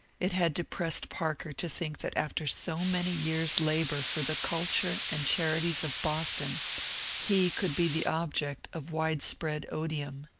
it had depressed parker to think that after so many years' labour for the culture and charities of boston he could be the object of widespread odium.